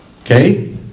Okay